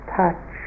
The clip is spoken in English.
touch